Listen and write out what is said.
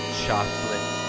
chocolate